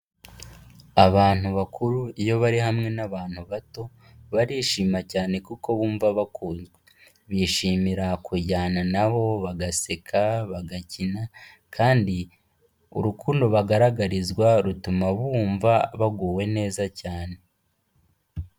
Abantu bakuru iyo bari hamwe n'abantu bato, barishima cyane kuko bumva bakunzwe. Bishimira kujyana na bo, bagaseka, bagakina kandi urukundo bagaragarizwa rutuma bumva baguwe neza cyane.